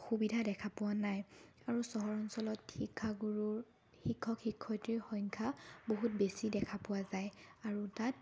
অসুবিধা দেখা পোৱা নাই আৰু চহৰ অঞ্চলত শিক্ষাগুৰুৰ শিক্ষক শিক্ষয়িত্ৰীৰ সংখ্যা বহুত বেছি দেখা পোৱা যায় আৰু তাত